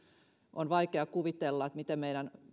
on vaikeaa kuvitella miten meidän